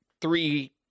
three